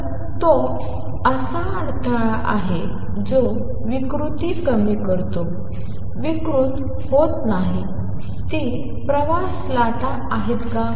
तर तो असा अडथळा आहे जो विकृती कमी करतो विकृत होत नाही ती प्रवास लाटा आहे का